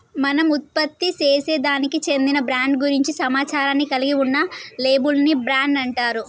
మనం ఉత్పత్తిసేసే దానికి చెందిన బ్రాండ్ గురించి సమాచారాన్ని కలిగి ఉన్న లేబుల్ ని బ్రాండ్ అంటారు